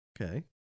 Okay